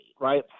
right